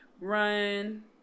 Run